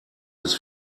his